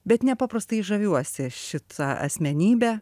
bet nepaprastai žaviuosi šita asmenybe